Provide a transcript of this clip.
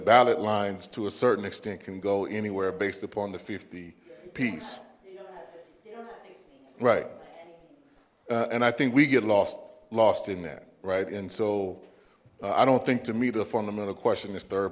ballot lines to a certain extent can go anywhere based upon the fifty piece right and i think we get lost lost in that right and so i don't think to me the fundamental question is third